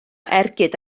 ergyd